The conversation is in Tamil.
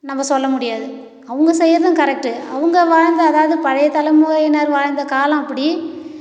நம்ம சொல்ல முடியாது அவங்க செய்யறதும் கரெக்டு அவங்க வாழ்ந்த அதாவது பழைய தலைமுறையினர் வாழ்ந்த காலம் அப்படி